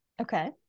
Okay